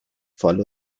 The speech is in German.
voll